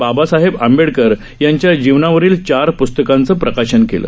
बाबासाहेब आंबेडकर यांच्या जीवनावरील चार प्स्तकांचं प्रकाशन केलं